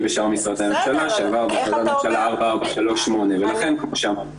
בשאר משרדי הממשלה שעברה בהחלטת ממשלה 4438 ולכן כמו שאמרתי קודם,